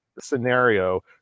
scenario